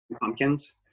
Pumpkins